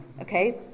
Okay